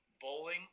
bowling